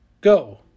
Go